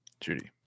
Judy